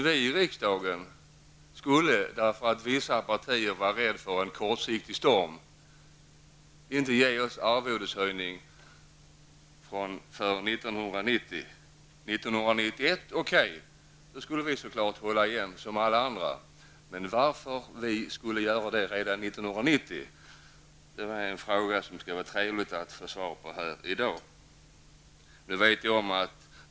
Vi i riksdagen skulle, därför att vissa partier var rädda för en kortsiktig storm, inte ge oss arvodeshöjning för 1990. År 1991 -- okej, då skulle vi så klart hålla igen som alla andra. Men varför skulle vi göra det redan 1990? Det skulle vara trevligt att få svar på den frågan här i dag.